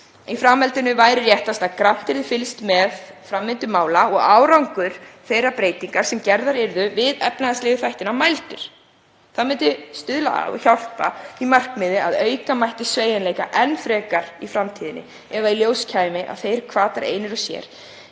Í framhaldinu væri réttast að grannt yrði fylgst með framvindu mála og árangur þeirra breytinga sem gerðar yrðu við efnahagslegu þættina mældur. Það myndi stuðla að því markmiði að auka mætti sveigjanleika enn frekar í framtíðinni ef í ljós kæmi að þeir hvatar einir og sér